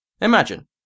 Imagine